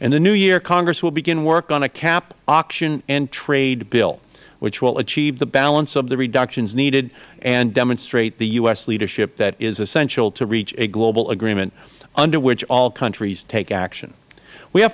in the new year congress will begin work on a cap auction and trade bill which will achieve the balance of the reductions needed and demonstrate the u s leadership that is essential to reach a global agreement under which all countries take action we are